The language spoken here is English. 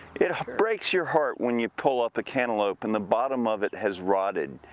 it breaks your heart when you pull up a cantaloupe and the bottom of it has rotted.